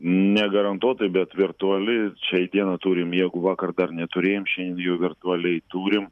negarantuotai bet virtuali šiai dienai turim jeigu vakar dar neturėjom šiandien jau virtualiai turim